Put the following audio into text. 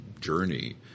journey